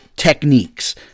techniques